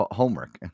homework